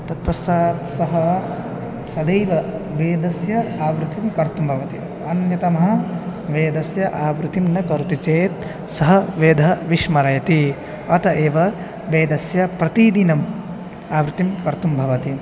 तत् पश्चात् सः सदैव वेदस्य आवृत्तिं कर्तुं भवति अन्यतमः वेदस्य आवृतिं न करोति चेत् सः वेदः विस्मरति अत एव वेदस्य प्रतिदिनम् आवृत्तिः कर्तुं भवति